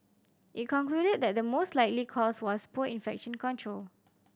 it concluded that the most likely cause was poor infection control